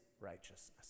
righteousness